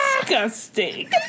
disgusting